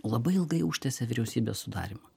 labai ilgai užtęsia vyriausybės sudarymą